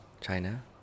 China